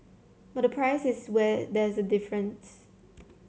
but the price is where there's a difference